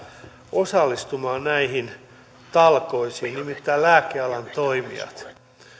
osallistumaan näihin talkoisiin nimittäin lääkealan toimijat